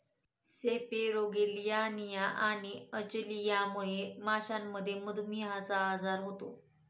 सेपेरोगेलियानिया आणि अचलियामुळे माशांमध्ये मधुमेहचा आजार होतो